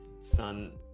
Son